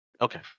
Okay